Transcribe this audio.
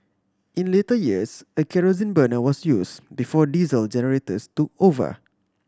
in later years a kerosene burner was use before diesel generators took over